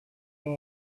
are